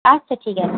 আচ্ছা ঠিক